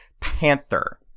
panther